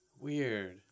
Weird